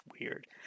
Weird